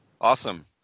Awesome